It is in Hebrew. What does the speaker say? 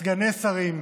סגני שרים,